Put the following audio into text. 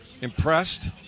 impressed